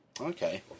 Okay